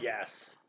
yes